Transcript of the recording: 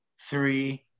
three